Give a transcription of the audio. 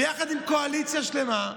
ויחד עם קואליציה שלמה,